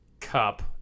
Cup